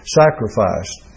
sacrificed